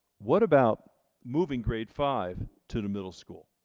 what about moving grade five to the middle school?